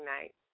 night